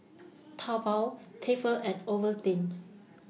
Taobao Tefal and Ovaltine